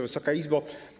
Wysoka Izbo!